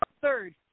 third